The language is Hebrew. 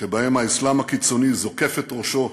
שבהן האסלאם הקיצוני זוקף את ראשו,